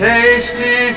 Tasty